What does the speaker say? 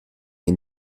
que